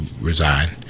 resign